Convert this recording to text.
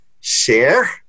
share